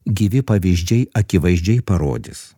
gyvi pavyzdžiai akivaizdžiai parodys